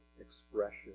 expression